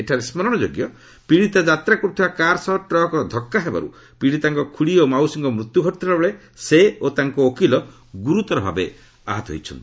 ଏଠାରେ ସ୍କରଣଯୋଗ୍ୟ ପୀଡ଼ିତା ଯାତ୍ରା କର୍ଥିବା କାର୍ ସହ ଟ୍ରକ୍ର ଧକ୍କା ହେବାରୁ ପୀଡ଼ିତାଙ୍କ ଖୁଡ଼ୀ ଓ ମାଉସୀଙ୍କ ମୃତ୍ୟ ଘଟିଥିବାବେଳେ ସେ ଓ ତାଙ୍କ ଓକିଲ ଗୁରୁତର ଭାବେ ଆହତ ହୋଇଥିଲେ